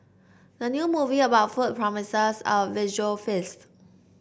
the new movie about food promises a visual feast